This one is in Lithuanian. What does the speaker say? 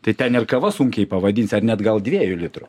tai ten ir kava sunkiai pavadinsi net gal dviejų litrų